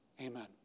Amen